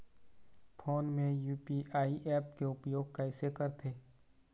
Phone मे UPI app के उपयोग कइसे करथे?